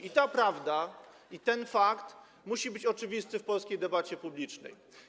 I ta prawda, ten fakt muszą być oczywiste w polskiej debacie publicznej.